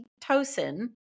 oxytocin